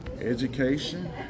Education